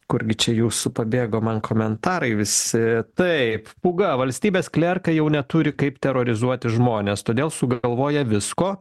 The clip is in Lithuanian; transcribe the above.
kurgi čia jūsų pabėgo man komentarai visi taip pūga valstybės klerkai jau neturi kaip terorizuoti žmones todėl sugalvoja visko